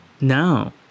No